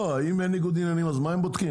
לא, אם אין ניגוד עניינים, אז מה הם בודקים?